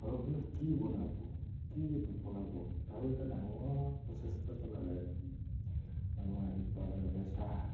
ঘৰখনত কি বনাব কি নবনাব তাৰো এটা ডাঙৰ প্ৰচেষ্টা চলা যায় মানুহ আহি পোৱাৰ লগে লগে চাহ